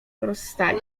rozstali